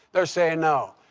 they're saying no.